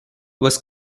was